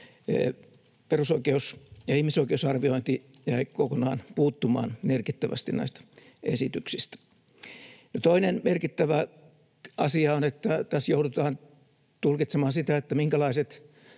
perusoikeus- ja ihmisoikeusarviointi jäi kokonaan puuttumaan merkittävästi näistä esityksistä. Toinen merkittävä asia on, että tässä joudutaan tulkitsemaan sitä, minkälaiset